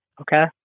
okay